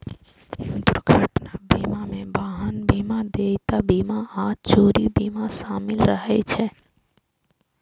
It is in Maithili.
दुर्घटना बीमा मे वाहन बीमा, देयता बीमा आ चोरी बीमा शामिल रहै छै